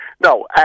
No